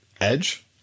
Edge